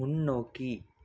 முன்னோக்கி